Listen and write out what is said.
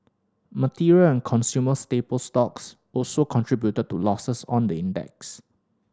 material and consumer staple stocks also contributed to losses on the index